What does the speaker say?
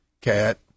cat